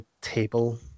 table